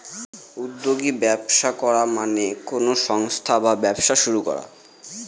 উদ্যোগী ব্যবস্থা করা মানে কোনো সংস্থা বা ব্যবসা শুরু করা